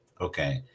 okay